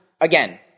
again